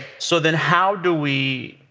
so then how do we